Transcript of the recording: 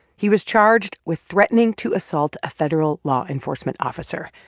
he was charged with threatening to assault a federal law enforcement officer,